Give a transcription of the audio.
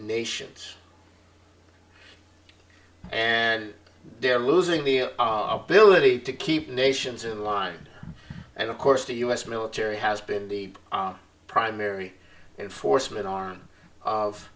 nations and they're losing the our ability to keep nations in line and of course the u s military has been the primary enforcement arm of